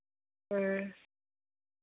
ᱦᱮᱸ